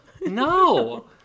No